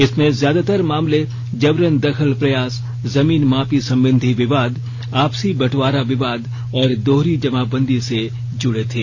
इसमें ज्यादातर मामले जबरन दखल प्रयास जमीन मापी संबंधी विवाद आपसी बंटवारा विवाद और दोहरी जमाबंदी से जुड़े थे